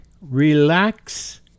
relax